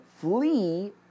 flee